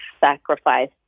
sacrifice